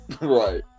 Right